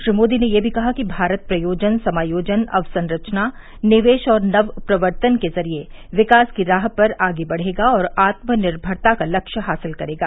श्री मोदी ने यह भी कहा कि भारत प्रयोजन समायोजन अवसंरचना निवेश और नवप्रवर्तन के जरिये विकास की राह पर आगे बढ़ेगा और आत्मनिर्भरता का लक्ष्य हासिल करेगा